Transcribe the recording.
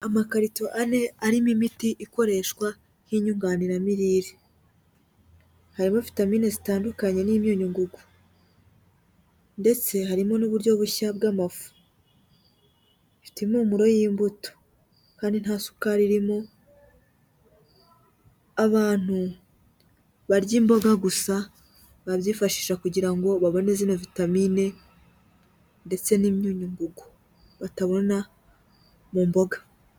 Amakarito ane arimo imiti ikoreshwa nk'inyunganiramirire, harimo vitamini zitandukanye n'imyunyu ngugu, ndetse harimo n'uburyo bushya bw'amafu, bifite impumuro y'imbuto kandi nta sukari irimo, abantu barya imboga gusa, babyifashisha kugira ngo babone zino vitamine, ndetse n'imyunyu ngugu batabona mu mboga.